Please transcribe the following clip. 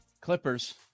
Clippers